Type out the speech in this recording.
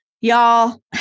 y'all